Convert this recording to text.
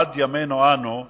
ועד ימינו אנו,